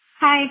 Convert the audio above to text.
Hi